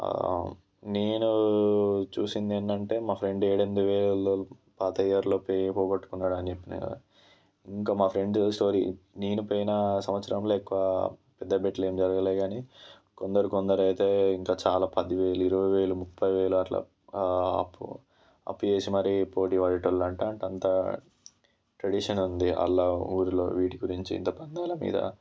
నేను చూసింది ఏందంటే మా ఫ్రెండు ఏడు ఎనిమిది వేలు పాత ఇయర్లో పోగొట్టుకున్నాడని చెప్పిన కదా ఇంకా మా ఫ్రెండు నేను పోయిన సంవత్సరంలో ఎక్కువ పెద్ద బెట్లు ఏం జరగలేదు కానీ కొందరు కొందరైతే ఇంకా చాలా పది వేలు ఇరవై వేలు ముప్పై వేలు అట్లా అప్పు అప్పు చేసి మరి పోటీపడేటి వాళ్లు అంట అంటే అంతా ట్రెడిషన్ ఉంది వాళ్ల ఊరిలో వీటి గురించి పందాల మీద